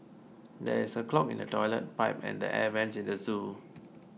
there is a clog in the Toilet Pipe and the Air Vents in the zoo